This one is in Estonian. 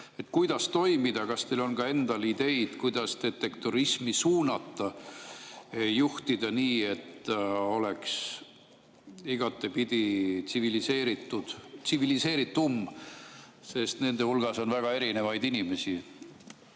Kuidas toimida? Kas teil on endal ideid, kuidas detektorismi suunata, juhtida nii, et see oleks igatepidi tsiviliseeritud või tsiviliseeritum? Nende hulgas on väga erinevaid inimesi.